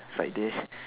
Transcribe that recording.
it's like they